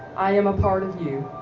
i am a part of you. you.